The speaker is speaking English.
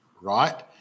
Right